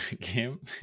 game